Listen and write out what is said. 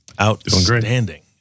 Outstanding